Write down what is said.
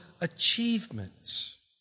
achievements